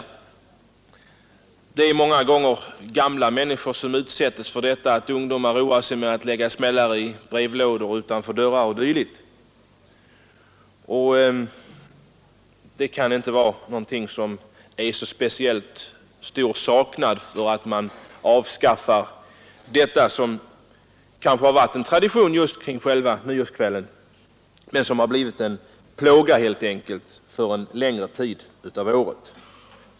Många gånger är det gamla människor som utsätts för att ungdomar roar sig med att lägga smällare i brevlådor, utanför dörrar o.d. Det kan därför inte finnas anledning att känna så stor saknad om man avskaffar detta med smällare, som kanske har varit en tradition just på nyårsaftonens kväll men som har blivit en plåga helt enkelt under en längre tid kring årsskiftet.